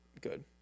Good